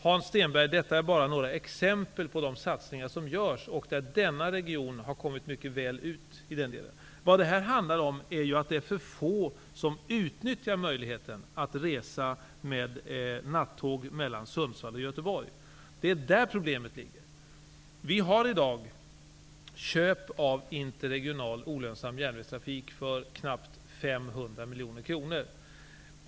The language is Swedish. Hans Stenberg, detta är bara några exempel på de satsningar som görs och som denna region har fått en stor del av. Men problemet är att för få resande utnyttjar möjligheten att resa med nattåg mellan Sundsvall och Göteborg. Vi har i dag köpt in interregional olönsam järnvägstrafik för knappt 500 miljoner kronor.